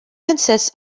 consists